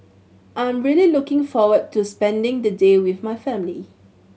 I'm really looking forward to spending the day with my family